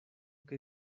que